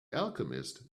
alchemist